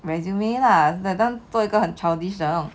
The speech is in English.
resume lah that time 做一个很 childish 的那种